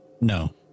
No